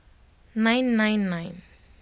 nine nine nine